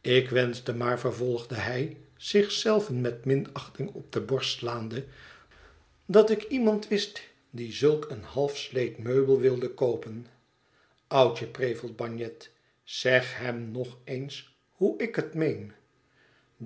ik wenschte maar vervolgde hij zich zelven met minachting op de borst slaande dat ik iemand wist die zulk een halfsleet meubel wilde koopen oudje prevelt bagnet zeg hem nog eens hoe ik het meen